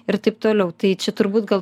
ir taip toliau tai čia turbūt gal